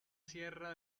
sierra